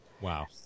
Wow